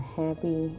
happy